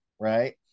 right